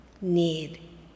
need